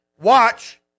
watch